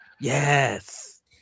Yes